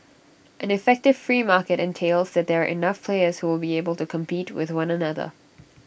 an effective free market entails that there are enough players who will be able to compete with one another